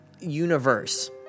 universe